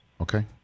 Okay